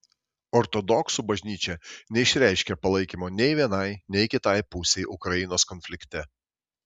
ortodoksų bažnyčia neišreiškė palaikymo nei vienai nei kitai pusei ukrainos konflikte